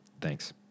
thanks